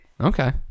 okay